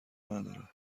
ندارد